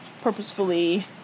purposefully